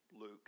Luke